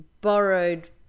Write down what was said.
borrowed